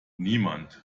niemand